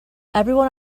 everyone